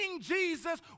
Jesus